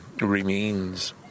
remains